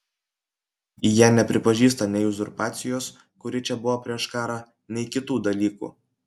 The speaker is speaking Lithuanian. jie nepripažįsta nei uzurpacijos kuri čia buvo prieš karą nei kitų dalykų